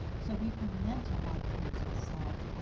so we ferment a lot of foods with salt.